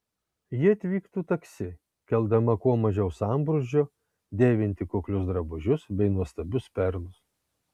ji atvyktų taksi keldama kuo mažiau sambrūzdžio dėvinti kuklius drabužius bei nuostabius perlus